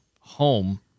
home